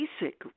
basic